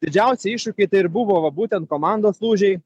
didžiausi iššūkiai ir buvo va būtent komandos lūžiai